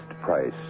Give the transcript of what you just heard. price